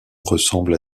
ressemblent